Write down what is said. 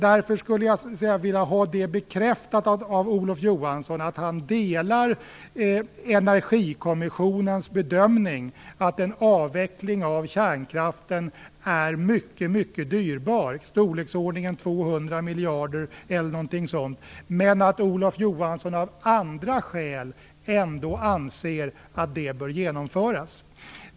Därför skulle jag vilja ha det bekräftat av Olof Johansson att han delar Energikommissionens bedömning att en avveckling av kärnkraften är mycket dyrbar, i storleksordningen 200 miljarder kronor, men att Olof Johansson av andra skäl ändå anser att den bör genomföras.